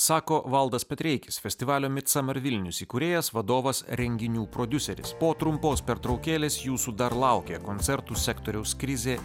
sako valdas petreikis festivalio midsummer vilnius įkūrėjas vadovas renginių prodiuseris po trumpos pertraukėlės jūsų dar laukia koncertų sektoriaus krizė